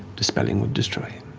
dispelling will destroy